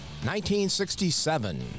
1967